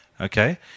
Okay